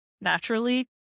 naturally